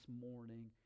morning